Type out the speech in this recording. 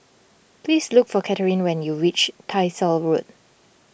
please look for Catherine when you reach Tyersall Road